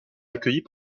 accueillis